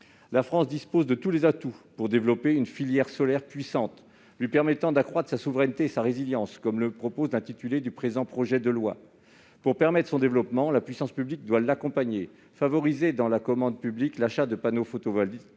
la France dispose de tous les atouts pour développer une filière solaire puissante, lui permettant d'accroître sa souveraineté et sa résilience, comme le propose l'intitulé de ce projet de loi. Pour permettre son développement, la puissance publique doit l'accompagner. Favorisé dans la commande publique, l'achat de panneaux photovoltaïques